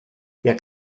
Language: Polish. jak